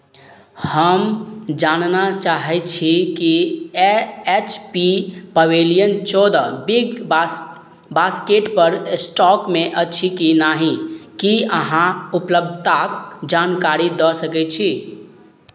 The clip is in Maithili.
हम जानना चाहै छी कि ऐ एच पी पैवेलियन चौदह बिग बास बास्केटपर स्टॉकमे अछि कि नहि की अहाँ उपलब्धताक जानकारी दऽ सकैत छी